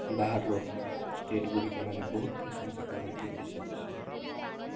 ବାହାରର ଷ୍ଟେଟ୍ଗୁଡ଼ିକ ମାନେ ବହୁତ ପ୍ରଶଂସା କରନ୍ତି ଓଡ଼ିଶା ବିଷୟରେ